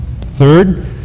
third